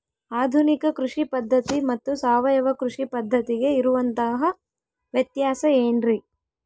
ಆಧುನಿಕ ಕೃಷಿ ಪದ್ಧತಿ ಮತ್ತು ಸಾವಯವ ಕೃಷಿ ಪದ್ಧತಿಗೆ ಇರುವಂತಂಹ ವ್ಯತ್ಯಾಸ ಏನ್ರಿ?